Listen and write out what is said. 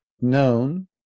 known